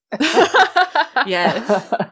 Yes